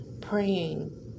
praying